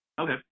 Okay